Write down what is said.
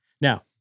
Now